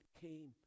came